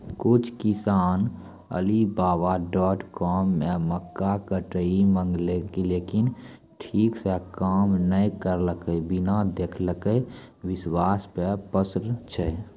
कुछ किसान Alibaba dot com से मक्का कटर मंगेलके लेकिन ठीक से काम नेय करलके, बिना देखले विश्वास पे प्रश्न छै?